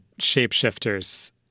shapeshifters